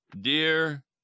Dear